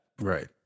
Right